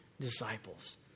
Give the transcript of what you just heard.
disciples